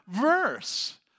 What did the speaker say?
verse